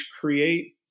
create